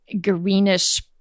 greenish